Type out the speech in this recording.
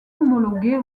homologuée